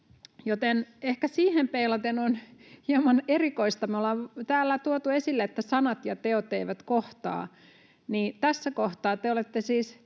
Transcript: Eli ehkä siihen peilaten on hieman erikoista, että kun me ollaan täällä tuotu esille, että sanat ja teot eivät kohtaa, niin tässä kohtaa te olette siis